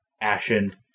ashen